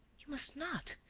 you must not!